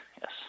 yes